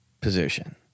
position